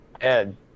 Ed